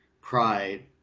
pride